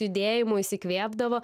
judėjimo išsikvėpdavo